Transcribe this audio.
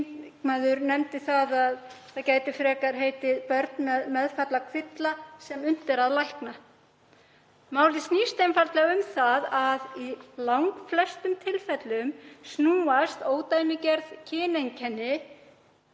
nefndi að það gæti frekar heitið börn með meðfædda kvilla sem unnt er að lækna. Málið snýst einfaldlega um það að í langflestum tilfellum snúast ódæmigerð kyneinkenni